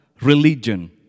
religion